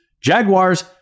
Jaguars